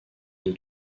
deux